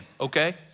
Okay